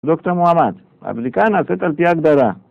דוקטור מוחמד, הבדיקה נעשית על פי הגדרה.